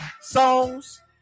songs